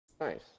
Nice